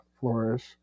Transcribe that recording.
flourish